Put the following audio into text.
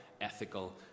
ethical